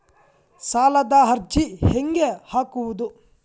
ಸಾಲದ ಅರ್ಜಿ ಹೆಂಗ್ ಹಾಕುವುದು?